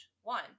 one